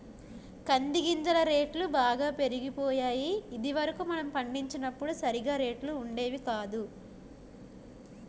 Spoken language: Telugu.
కంది గింజల రేట్లు బాగా పెరిగిపోయాయి ఇది వరకు మనం పండించినప్పుడు సరిగా రేట్లు ఉండేవి కాదు